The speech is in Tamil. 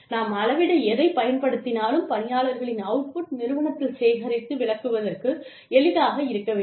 நாம் அளவிட எதைப் பயன்படுத்தினாலும் பணியாளர்களின் அவுட் புட் நிறுவனத்தில் சேகரித்து விளக்குவதற்கு எளிதாக இருக்க வேண்டும்